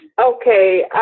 Okay